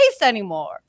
anymore